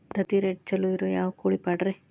ತತ್ತಿರೇಟ್ ಛಲೋ ಇರೋ ಯಾವ್ ಕೋಳಿ ಪಾಡ್ರೇ?